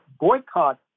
boycott